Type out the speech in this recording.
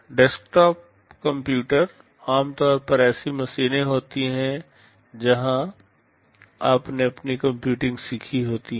desktop computer आमतौर पर ऐसी मशीनें होती हैं जहां आपने अपनी कंप्यूटिंग सीखी होती है